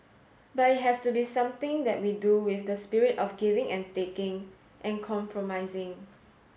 but it has to be something that we do with the spirit of giving and taking and compromising